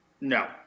No